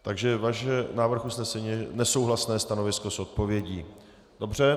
Takže váš návrh usnesení je nesouhlasné stanovisko s odpovědí. Dobře.